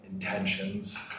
intentions